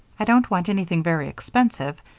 i don't want anything very expensive,